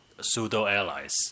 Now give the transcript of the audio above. pseudo-allies